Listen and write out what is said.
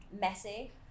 messy